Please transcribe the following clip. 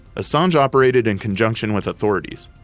assange operated in conjunction with authorities.